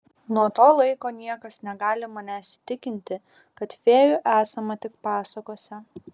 nuo to laiko niekas negali manęs įtikinti kad fėjų esama tik pasakose